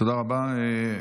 תודה רבה.